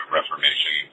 Reformation